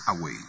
away